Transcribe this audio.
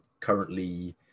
currently